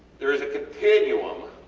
there is a continuum